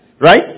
Right